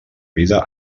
vida